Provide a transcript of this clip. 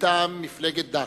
מטעם מפלגת ד"ש,